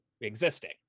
existing